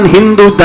Hindu